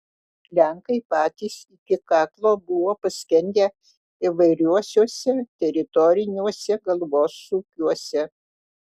lenkai patys iki kaklo buvo paskendę įvairiausiuose teritoriniuose galvosūkiuose